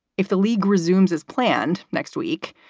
if the league resumes as planned next week,